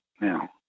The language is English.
now